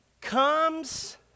comes